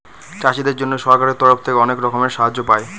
চাষীদের জন্য সরকারের তরফ থেকে অনেক রকমের সাহায্য পায়